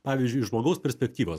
pavyzdžiui iš žmogaus perspektyvos